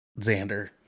Xander